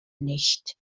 nicht